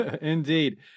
Indeed